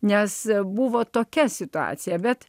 nes buvo tokia situacija bet